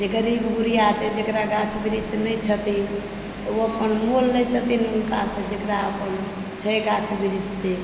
जे गरीब गुरबा छै जेकरा गाछ वृक्ष नहि छथिन ओ अपन मोल लए छथिन हुनकासंँ जेकरा अपन छै गाछ वृक्ष छथिन से